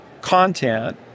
content